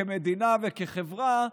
כמדינה וכחברה,